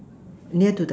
near to the